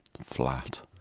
flat